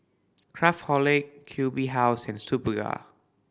Craftholic Q B House and Superga